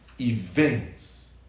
events